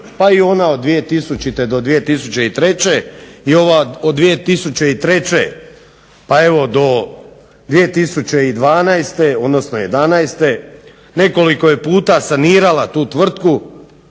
pa i ona od 2000. do 2003. i ova od 2003. Pa evo do 2012. odnosno 2011. Nekoliko puta je sanirala tu tvrtku